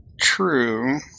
True